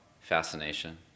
fascination